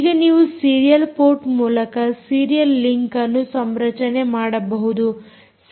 ಈಗ ನೀವು serial port ಮೂಲಕ ಸೀರಿಯಲ್ ಲಿಂಕ್ಅನ್ನು ಸಂರಚನೆ ಮಾಡಬಹುದು